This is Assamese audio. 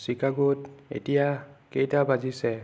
চিকাগোত এতিয়া কেইটা বাজিছে